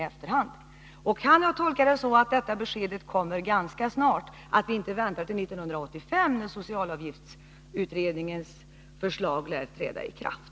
Kan jag också tolka socialministerns svar så, att detta besked kommer ganska snart — att man inte väntar till 1985, när socialavgiftsutredningens förslag lär träda i kraft?